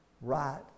right